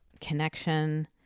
connection